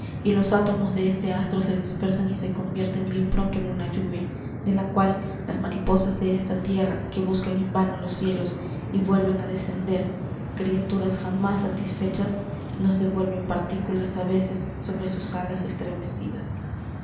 y los átomos de ese astro se dispersan y se convierten bien pronto en una lluvia de la cual las mariposas de esta tierra que buscan en vano los cielos y vuelven a descender criaturas jamás satisfechas nos devuelven partículas a veces sobre sus alas estremecidas